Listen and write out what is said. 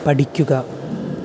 പഠിക്കുക